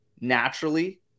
naturally